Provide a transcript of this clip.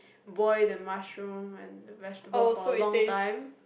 boil the mushroom and the vegetable for a long time